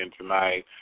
tonight